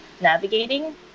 navigating